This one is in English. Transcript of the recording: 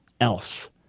else